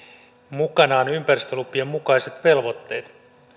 mukanaan ympäristölupien mukaiset velvoitteet